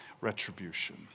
retribution